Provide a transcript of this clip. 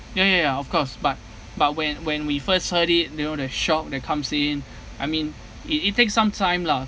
ya ya ya of course but but when when we first heard it you know the shock that comes in I mean it it takes some time lah